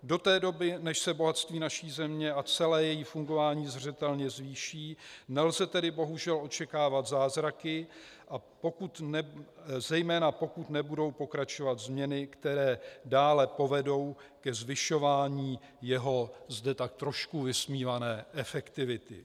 Do té doby, než se bohatství naší země a celé její fungování zřetelně zvýší, nelze tedy bohužel očekávat zázraky, a zejména pokud nebudou pokračovat změny, které dále povedou ke zvyšování jeho zde tak trošku vysmívané efektivity.